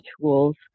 tools